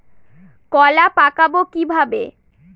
কলা পাকাবো কিভাবে?